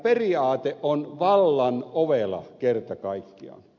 periaate on vallan ovela kerta kaikkiaan